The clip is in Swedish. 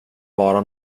vara